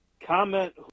comment